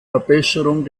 verbesserung